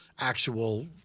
actual